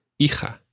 Hija